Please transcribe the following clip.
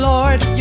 Lord